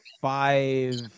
five